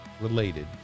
related